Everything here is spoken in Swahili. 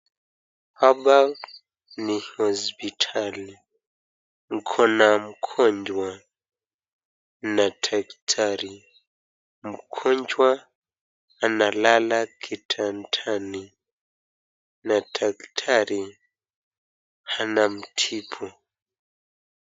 Hapa ni hospitali. Kuko na mgonjwa na daktari. Mgonjwa analala kitandani na daktari anamtibu.